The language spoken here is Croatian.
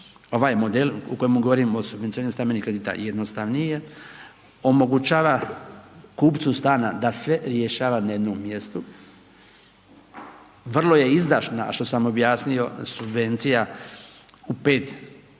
ovaj model u kojem govorimo o subvencioniranju stambenih kredita, jednostavniji je, omogućava kupcu stana da sve rješava na jednom mjestu, vrlo je izdašna a što sam objasnio subvencija u 5 ili